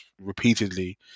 repeatedly